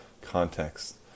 context